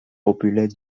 populaire